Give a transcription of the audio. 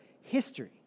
history